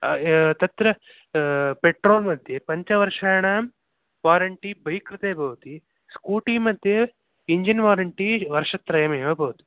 ए तत्र पेट्रोल् मध्ये पञ्चवर्षाणां वारेण्टि बैक् कृते भवति स्कूटि मध्ये इञ्जिन् वारेण्टि वर्षत्रयमेव भवति